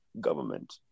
government